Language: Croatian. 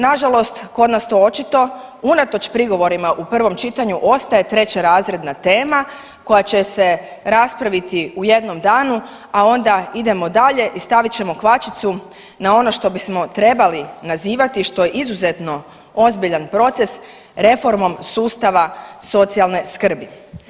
Nažalost, to kod nas očito unatoč prigovorima u prvom čitanju ostaje trećerazredna tema koja će se raspraviti u jednom danu, a onda idemo dalje i stavit ćemo kvačicu na ono što bismo trebali nazivati što je izuzetno ozbiljan proces reformom sustava socijalne skrbi.